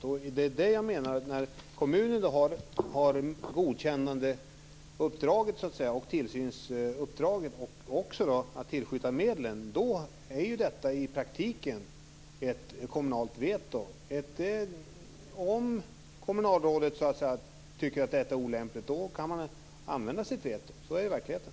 När kommunen har att ta ställning till godkännande, har tillsynsuppdraget och uppgiften att tillskjuta medlen finns det i praktiken ett kommunalt veto. Om kommunalrådet tycker att ett godkännande är olämpligt kan kommunen använda sitt veto. Så är det i verkligheten.